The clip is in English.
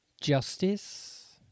Justice